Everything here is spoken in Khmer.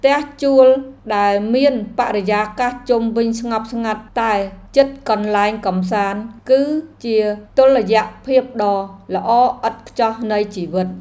ផ្ទះជួលដែលមានបរិយាកាសជុំវិញស្ងប់ស្ងាត់តែជិតកន្លែងកម្សាន្តគឺជាតុល្យភាពដ៏ល្អឥតខ្ចោះនៃជីវិត។